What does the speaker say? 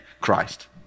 Christ